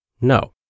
No